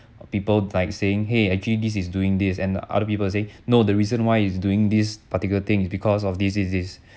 people like saying !hey! actually this is doing this and other people say no the reason why he is doing this particular thing because of this this this